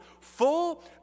full